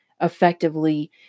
effectively